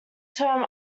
term